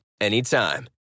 anytime